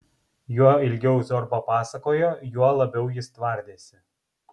juo ilgiau zorba pasakojo juo labiau jis tvardėsi